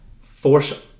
force